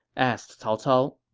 asked cao cao,